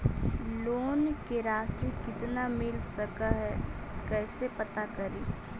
Loan के रासि कितना मिल सक है कैसे पता करी?